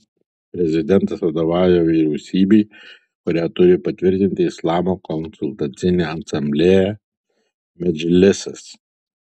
prezidentas vadovauja vyriausybei kurią turi patvirtinti islamo konsultacinė asamblėja medžlisas